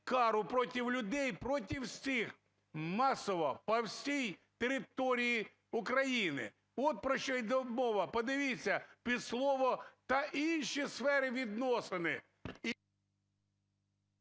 кару проти людей, проти всіх, масово, по всій території України. От про що йде мова! Подивіться, під слово "та інші сфери, відносини…"